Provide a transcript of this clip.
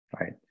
right